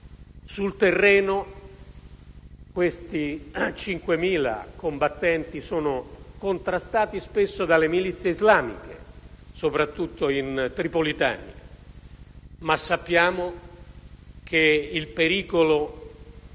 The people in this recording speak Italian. Sul terreno, questi 5.000 combattenti sono contrastati spesso dalle milizie islamiche, soprattutto in Tripolitania. Sappiamo però che il pericolo